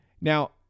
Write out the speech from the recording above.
Now